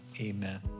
Amen